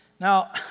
Now